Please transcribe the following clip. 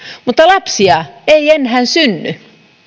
mutta lapsia ei enää synny